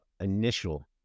initial